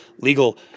legal